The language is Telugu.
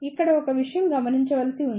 ఇక్కడ ఒక విషయం గమనించవలసి ఉంది